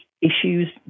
issues